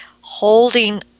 holding